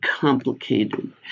complicated